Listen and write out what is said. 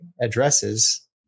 addresses